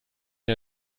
der